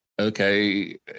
Okay